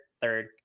Third